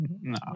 No